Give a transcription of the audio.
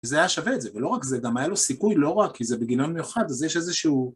זה היה שווה את זה, ולא רק זה, גם היה לו סיכוי, לא רק כי זה בגליון מיוחד, אז יש איזשהו...